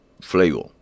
flavor